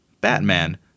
Batman